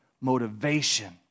motivation